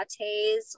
lattes